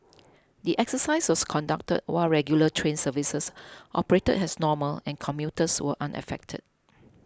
the exercise was conducted while regular train services operated as normal and commuters were unaffected